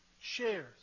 shares